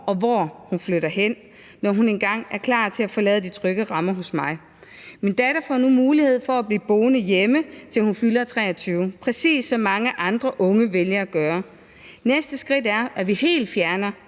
og hvor hun flytter hen, når hun engang er klar til at forlade de trygge rammer hos mig. Min datter får nu mulighed for at blive boende hjemme, til hun fylder 23, præcis som mange andre unge vælger at gøre. Næste skridt er, at vi helt fjerner